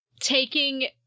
taking